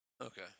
Okay